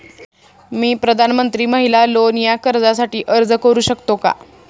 मी प्रधानमंत्री महिला लोन या कर्जासाठी अर्ज करू शकतो का?